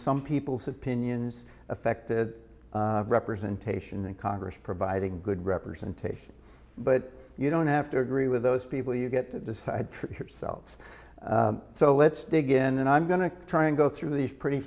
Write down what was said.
some people's opinions affected representation in congress providing good representation but you don't have to agree with those people you get to decide yourselves so let's dig in and i'm going to try and go through these pretty